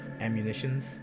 ammunitions